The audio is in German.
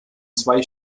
zwei